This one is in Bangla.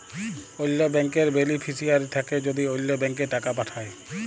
অল্য ব্যাংকের বেলিফিশিয়ারি থ্যাকে যদি অল্য ব্যাংকে টাকা পাঠায়